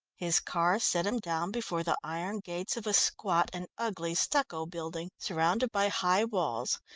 his car set him down before the iron gates of a squat and ugly stucco building, surrounded by high walls,